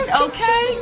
Okay